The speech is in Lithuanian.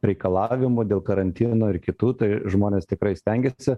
reikalavimų dėl karantino ir kitų tai žmonės tikrai stengiasi